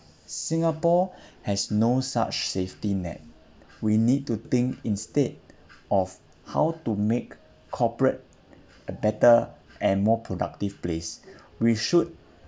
singapore has no such safety net we need to think instead of how to make corporate a better and more productive place we should